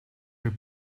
your